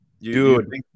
Dude